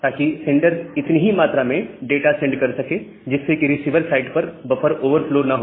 ताकि सेंडर उतनी ही मात्रा में डाटा सेंड कर सके जिससे कि रिसीवर साइड पर बफर ओवरफ्लो ना हो